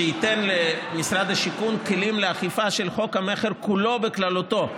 שייתן למשרד השיכון כלים לאכיפה של חוק המכר כולו בכללותו.